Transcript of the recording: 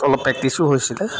অলপ প্ৰেক্টিছো হৈছিলে